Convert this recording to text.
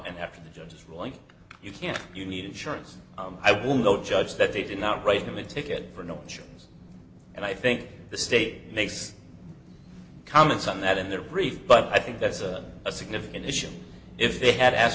and after the judge's ruling you can't you need insurance i will no judge that they did not write him a ticket for no insurance and i think the state makes comments on that in their brief but i think that's a significant issue if they had asked